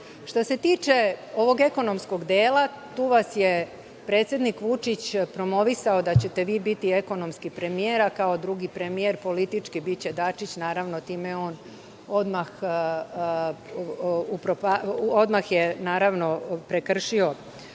se tiče ovog ekonomskog dela, tu vas je predsednik Vučić promovisao da ćete vi biti ekonomski premijer, a kao drugi premijer, politički, biće Dačić. Naravno, time je on odmah prekršio